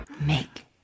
make